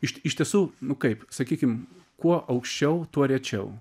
iš iš tiesų nu kaip sakykim kuo aukščiau tuo rečiau